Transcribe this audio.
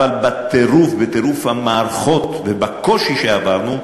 אבל בטירוף המערכות ובקושי שעברנו,